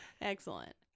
Excellent